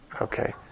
Okay